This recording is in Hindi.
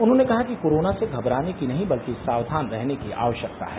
उन्होंने कहा कि कोरोना से घबराने की नहीं बल्कि साक्षान रहने की आवश्यकता है